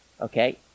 Okay